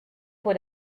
pot